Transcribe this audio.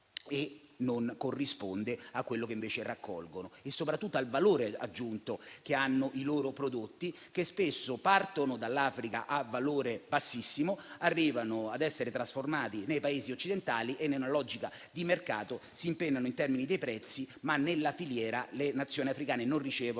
non corrisponde a quanto invece raccolgono e soprattutto al valore aggiunto che hanno i loro prodotti, che spesso partono da lì a valore bassissimo, vengono trasformati nei Paesi occidentali e, in una logica di mercato, si impennano in termini di prezzi, ma nella filiera le Nazioni africane non ricevono